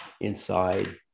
inside